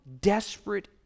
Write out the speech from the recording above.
desperate